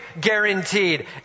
guaranteed